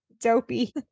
dopey